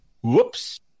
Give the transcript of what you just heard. whoops